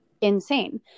insane